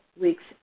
week's